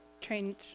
change